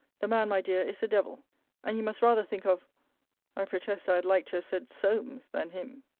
the man, my dear, is a devil and you must rather think of i protest i had like to have said solmes than him.